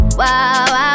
wow